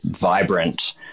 vibrant